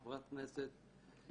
חברת הכנסת יפעת,